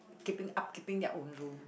keeping up keeping their own room